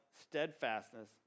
steadfastness